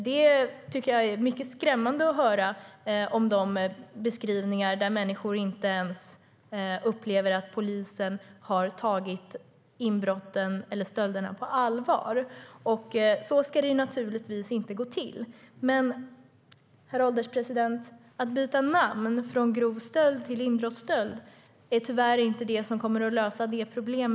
Det är mycket skrämmande att höra beskrivningar av att människor upplever att polisen inte har tagit inbrotten eller stölderna på allvar. Så ska det naturligtvis inte gå till. Men, herr ålderspresident, att byta namn på detta brott, från grov stöld till inbrottsstöld, är tyvärr inte det som kommer att lösa detta problem.